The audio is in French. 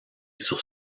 sur